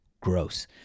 gross